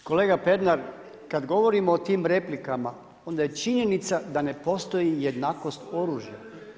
Dakle, kolega Pernar, kad govorimo o tim replikama, onda je činjenica da ne postoji jednakost oružja.